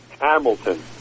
Hamilton